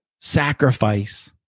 sacrifice